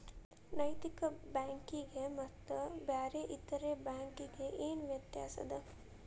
ನೈತಿಕ ಬ್ಯಾಂಕಿಗೆ ಮತ್ತ ಬ್ಯಾರೆ ಇತರೆ ಬ್ಯಾಂಕಿಗೆ ಏನ್ ವ್ಯತ್ಯಾಸದ?